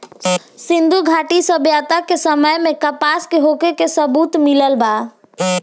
सिंधुघाटी सभ्यता के समय में कपास के होखे के सबूत मिलल बा